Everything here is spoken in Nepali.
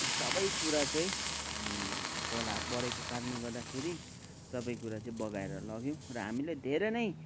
त्यो सबै कुरा चाहिँ अनि खोला बढेको कारणले गर्दाखेरि सबै कुरा चाहिँ बगाएर लग्यो र हामीले धेरै नै